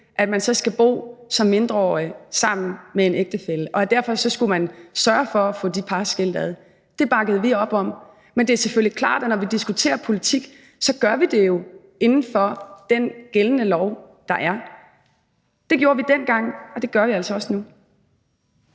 hertil, så skal bo sammen med en ældre ægtefælle, og derfor skulle man sørge for at få de par skilt ad. Det bakkede vi op om. Men det er selvfølgelig klart, at når vi diskuterer politik, gør vi det jo inden for den gældende lov, der er. Det gjorde vi dengang, og det gør vi altså også nu.